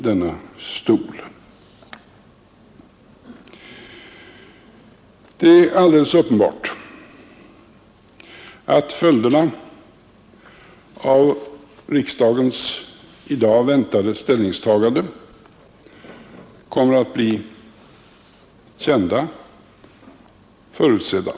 Det är alldeles uppenbart att följderna av riksdagens i dag väntade ställningstagande kommer att bli de väl kända och förutsedda.